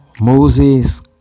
Moses